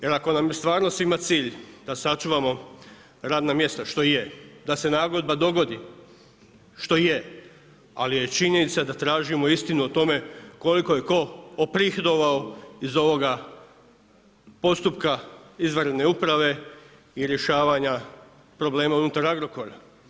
Jer ako nam je stvarno svima cilj da sačuvamo radna mjesta, što i je, da se nagodba dogodi, što i je, ali je činjenica da tražimo istinu o tome koliko je tko oprihodovao iz ovoga postupka izvanredne uprave i rješavanja problema unutar Agrokora.